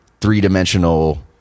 three-dimensional